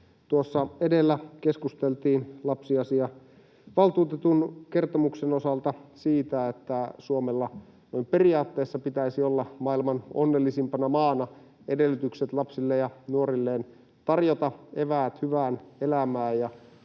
edellä keskusteltiin lapsiasiavaltuutetun kertomuksen osalta siitä, että Suomella noin periaatteessa pitäisi olla maailman onnellisimpana maana edellytykset tarjota lapsilleen ja nuorilleen eväät hyvään elämään.